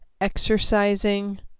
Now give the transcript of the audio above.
exercising